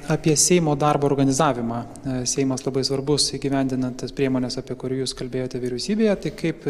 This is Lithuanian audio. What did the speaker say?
apie seimo darbo organizavimą seimas labai svarbus įgyvendinant tas priemones apie kurį jūs kalbėjote vyriausybėje tai kaip